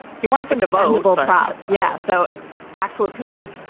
he wants them to bondable crowds. yeah. so it actually consist.